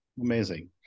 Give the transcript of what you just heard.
Amazing